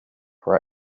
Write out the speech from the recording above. for